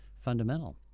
fundamental